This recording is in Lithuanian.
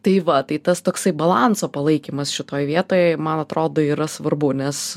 tai va tai tas toksai balanso palaikymas šitoj vietoj man atrodo yra svarbu nes